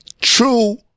true